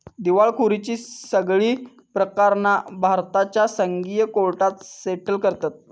दिवळखोरीची सगळी प्रकरणा भारताच्या संघीय कोर्टात सेटल करतत